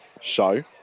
show